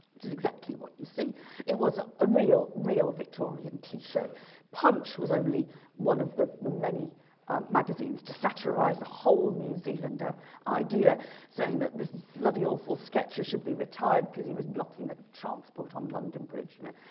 it's it's exactly what you see it was a real real victorian cliche punch was only one of the the many magazines to satirize a whole new zealand ah idea saying that this bloody awful sketcher should be retired because he was blocking the transport on london bridge in it